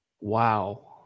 Wow